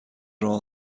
راه